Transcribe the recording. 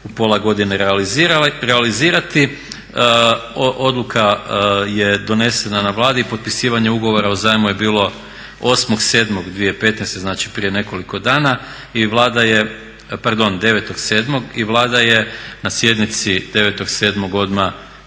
u pola godine realizirati. Odluka je donesena na Vladi i potpisivanje ugovora o zajmu je bilo 8.7.2015. znači prije nekoliko dana. I Vlada je, pardon, 9.7. i Vlada je na sjednici 9.7. odmah